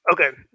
Okay